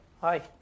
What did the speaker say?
Hi